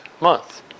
month